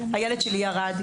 הילד שלי ירד.